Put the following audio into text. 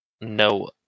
no